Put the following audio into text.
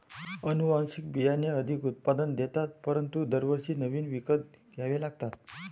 अनुवांशिक बियाणे अधिक उत्पादन देतात परंतु दरवर्षी नवीन विकत घ्यावे लागतात